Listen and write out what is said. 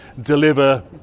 deliver